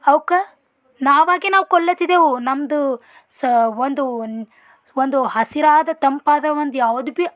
ಅವಕ್ಕೆ ನಾವಾಗೇ ನಾವು ಕೊಲ್ಲತ್ತಿದೆವು ನಮ್ಮದು ಸ ಒಂದು ಒಂದು ಹಸಿರಾದ ತಂಪಾದ ಒಂದು ಯಾವ್ದು ಭೀ